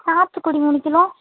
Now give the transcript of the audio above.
சாத்துக்குடி மூணு கிலோ